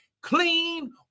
clean